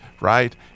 right